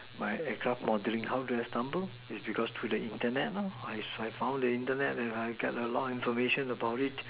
my extra modeling how do I stubble is because through the Internet lor I found the Internet then I get a lot information about it